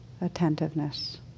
attentiveness